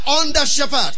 under-shepherd